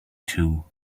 too